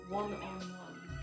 one-on-one